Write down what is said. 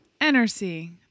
NRC